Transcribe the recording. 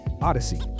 Odyssey